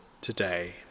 today